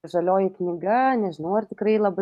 žalioji knyga nežinau ar tikrai labai